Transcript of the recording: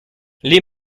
les